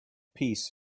piece